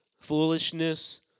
foolishness